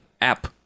app